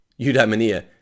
eudaimonia